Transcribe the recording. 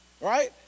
right